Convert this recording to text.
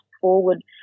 forward